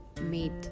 made